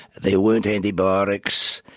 there weren't antibiotics,